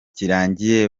kirangiye